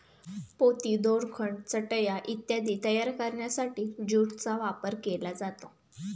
पोती, दोरखंड, चटया इत्यादी तयार करण्यासाठी ज्यूटचा वापर केला जातो